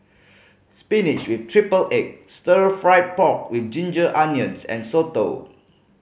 spinach with triple egg Stir Fried Pork With Ginger Onions and soto